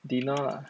dinner lah